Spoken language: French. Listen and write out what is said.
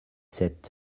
sept